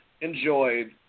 enjoyed